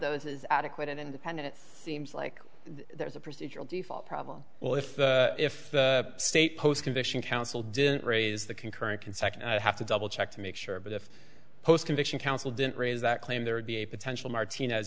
those is adequate and independent it seems like there's a procedural default problem well if if the state postcondition council didn't raise the concurrent can second i have to double check to make sure but if post conviction counsel didn't raise that claim there would be a potential martin